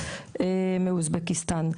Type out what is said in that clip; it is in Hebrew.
מאוזבקיסטן.